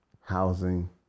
housing